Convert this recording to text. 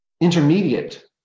intermediate